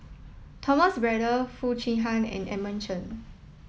Thomas Braddell Foo Chee Han and Edmund Chen